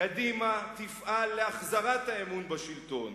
"קדימה תפעל להחזרת האמון בשלטון